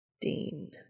Dean